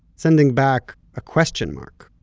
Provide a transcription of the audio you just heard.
sending back a question mark.